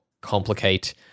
complicate